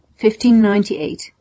1598